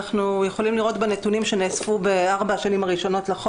אנחנו מדברים כאן בדרך כלל,